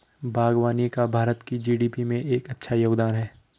बागवानी का भारत की जी.डी.पी में एक अच्छा योगदान है